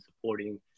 supporting